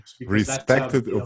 Respected